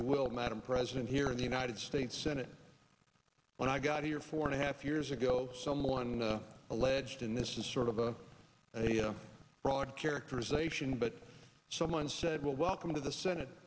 you will madam president here in the united states senate when i got here four and a half years ago someone alleged in this is sort of a broad characterization but someone said well welcome to the senate